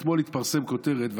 אתמול התפרסמה כותרת,